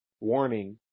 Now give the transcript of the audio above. warning